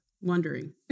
Wondering